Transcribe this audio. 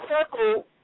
circle